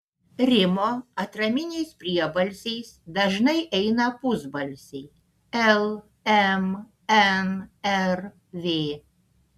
rimo atraminiais priebalsiais dažnai eina pusbalsiai l m n r v